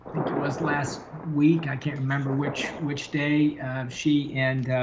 think it was last week. i can't remember which, which day she and